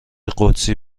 قدسی